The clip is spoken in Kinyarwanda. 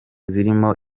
zirimo